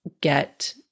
get